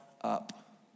up